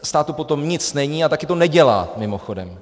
Státu po tom nic není a také to nedělá, mimochodem.